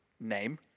Name